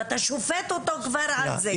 ואתה שופט אותו כבר על זה.